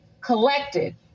collected